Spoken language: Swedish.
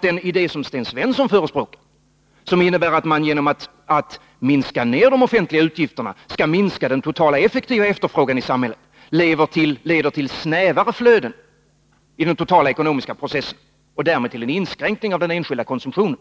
Den idé som Sten Svensson förespråkar och som innebär att man genom att minska ned de offentliga utgifterna minskar den totala effektiva efterfrågan i samhället leder däremot till snävare flöden i den totala ekonomiska processen och därmed till en inskränkning av den enskilda konsumtionen.